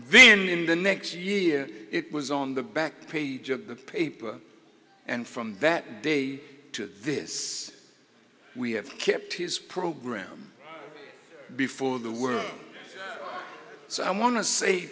then in the next year it was on the back page of the paper and from that day to this we have kept his program before the world so i wan